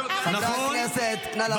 אתה אפילו לא יודע --- חברי הכנסת, נא לאפשר לו.